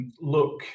look